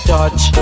Touch